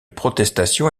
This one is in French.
protestation